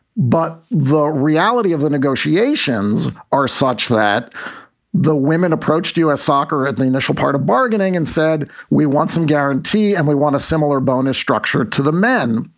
but the reality of the negotiations are such that the women approached u s. soccer at the initial part of bargaining and said, we want some guarantee and we want a similar bonus structure to the men.